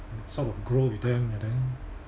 sort of grow with them and then